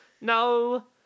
No